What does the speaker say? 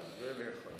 זה נכון.